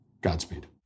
Godspeed